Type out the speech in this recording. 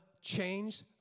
change